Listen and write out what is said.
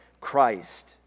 Christ